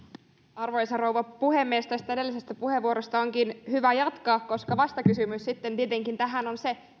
arvoisa rouva puhemies tästä edellisestä puheenvuorosta onkin hyvä jatkaa koska vastakysymys tietenkin tähän on se